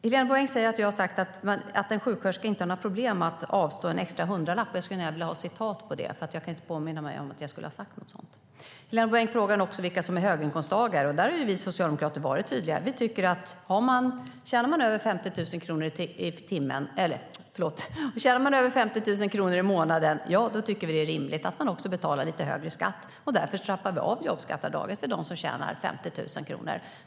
Helena Bouveng säger att jag har sagt att en sjuksköterska inte har några problem med att avstå en extra hundralapp. Jag skulle gärna vilja ha citat på det, för jag kan inte påminna mig att jag skulle ha sagt något sådant. Helena Bouveng frågar vilka som är höginkomsttagare. Där har vi socialdemokrater varit tydliga. Tjänar man över 50 000 kronor i månaden tycker vi att det är rimligt att man betalar lite högre skatt. Därför trappar vi av jobbskatteavdraget för dem som tjänar över 50 000 kronor.